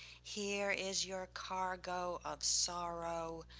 here is your cargo of sorrow.